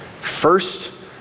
First